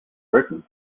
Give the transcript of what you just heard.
britain